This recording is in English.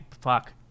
Fuck